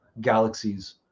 galaxies